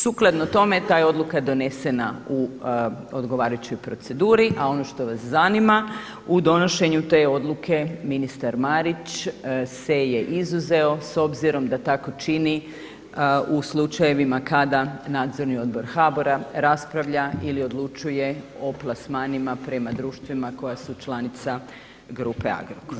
Sukladno tome ta je odluka donesena u odgovarajućoj proceduri, a ono što vas zanima u donošenju te odluke ministar Marić se je izuzeo s obzirom da tako čini u slučajevima kada Nadzorni odbor HBOR-a raspravlja ili odlučuje o plasmanima prema društvima koja su članica grupe Agrokor.